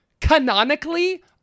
canonically